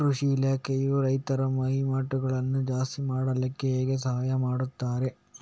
ಕೃಷಿ ಇಲಾಖೆಯು ರೈತರ ವಹಿವಾಟುಗಳನ್ನು ಜಾಸ್ತಿ ಮಾಡ್ಲಿಕ್ಕೆ ಹೇಗೆ ಸಹಾಯ ಮಾಡ್ತದೆ?